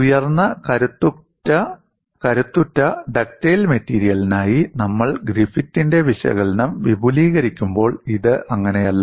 ഉയർന്ന കരുത്തുറ്റ ഡക്റ്റൈൽ മെറ്റീരിയലിനായി നമ്മൾ ഗ്രിഫിത്തിന്റെ വിശകലനം വിപുലീകരിക്കുമ്പോൾ ഇത് അങ്ങനെയല്ല